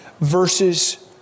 verses